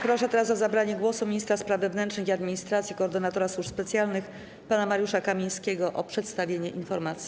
Proszę o zabranie głosu ministra spraw wewnętrznych i administracji, koordynatora służb specjalnych pana Mariusza Kamińskiego o przedstawienie informacji.